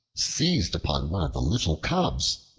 seized upon one of the little cubs,